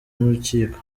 n’urukiko